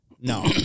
no